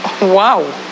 Wow